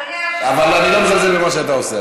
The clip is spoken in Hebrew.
אבל אני לא מזלזל במה שאתה עושה,